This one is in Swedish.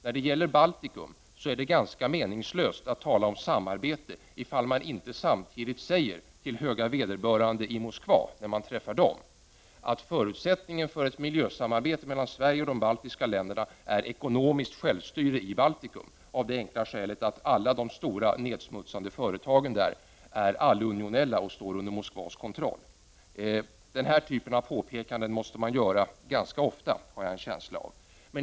När det gäller Baltikum är det ganska meningslöst att tala om samar bete, ifall man inte samtidigt säger till höga vederbörande i Moskva när man träffar dem att förutsättningen för ett miljösamarbete mellan Sverige och de baltiska länderna är ekonomiskt självstyre i Baltikum — av det enkla skälet att alla de stora, nedsmutsande företagen där är allunionella och står under Moskvas kontroll. Jag har en känsla av att man måste göra den här typen av påpekanden ganska ofta.